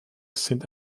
sind